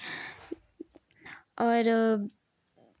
और